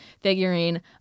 figurine